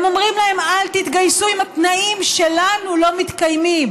הם אומרים להם: אל תתגייסו אם התנאים שלנו לא מתקיימים.